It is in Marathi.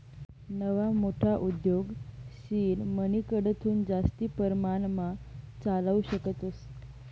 नवा मोठा उद्योग सीड मनीकडथून जास्ती परमाणमा चालावू शकतस